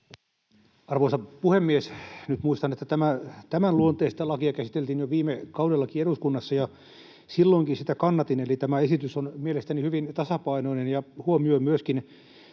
Arvoisa puhemies! Nyt muistan, että tämänluonteista lakia käsiteltiin jo viime kaudellakin eduskunnassa ja silloinkin sitä kannatin, eli tämä esitys on mielestäni hyvin tasapainoinen ja huomioi myöskin